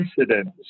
incidents